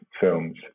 films